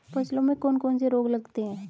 फसलों में कौन कौन से रोग लगते हैं?